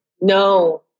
No